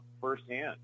firsthand